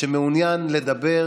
אינו נוכח,